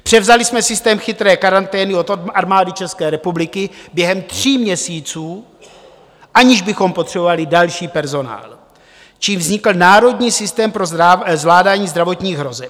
Převzali jsme systém chytré karantény od Armády České republiky během tří měsíců, aniž bychom potřebovali další personál, čímž vznikl Národní systém pro zvládání zdravotních hrozeb.